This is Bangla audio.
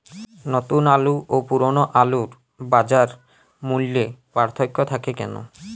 নতুন আলু ও পুরনো আলুর বাজার মূল্যে পার্থক্য থাকে কেন?